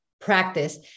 practice